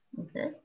Okay